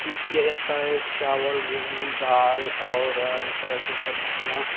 भी किया जाता है चावल गेहूं दाल और अन्य तरह की सब्ज़ियाँ